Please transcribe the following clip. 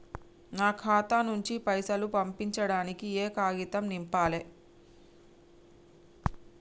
నా ఖాతా నుంచి పైసలు పంపించడానికి ఏ కాగితం నింపాలే?